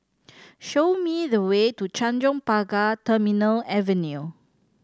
show me the way to Tanjong Pagar Terminal Avenue